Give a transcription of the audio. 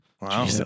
Wow